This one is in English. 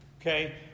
Okay